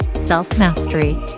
self-mastery